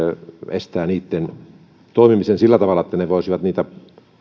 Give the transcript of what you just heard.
estää niitten toimimisen sillä tavalla että ne voisivat niitä